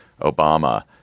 Obama –